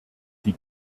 die